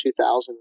2000